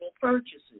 purchases